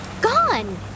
gone